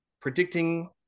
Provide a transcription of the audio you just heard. predicting